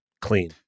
Clean